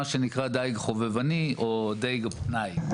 מה שנקרא דיג חובבני או דיג פנאי.